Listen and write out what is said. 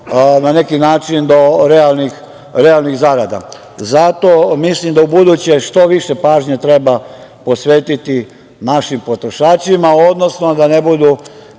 na neki način realnih zarad. Zato mislim da u buduće što više pažnje treba posvetiti našim potrošačima, odnosno da ne budu